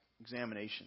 examination